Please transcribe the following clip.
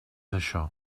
això